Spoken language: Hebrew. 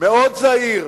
מאוד זהיר.